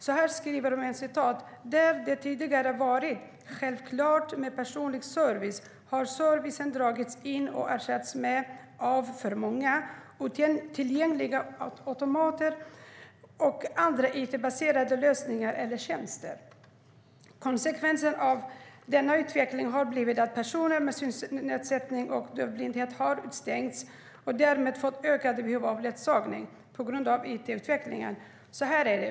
Så här skriver de: Där det tidigare har varit självklart med personlig service har servicen dragits in och ersatts med, av för många, otillgängliga automater och andra it-baserade lösningar eller tjänster. Konsekvensen av denna utveckling har blivit att personer med synnedsättning och dövblindhet har utestängts och därmed fått ökade behov av ledsagning på grund av it-utvecklingen.